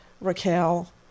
Raquel